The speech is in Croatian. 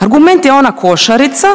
Argument je ona košarica,